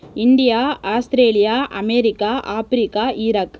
India Australia America Africa Iraq